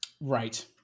Right